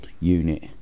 unit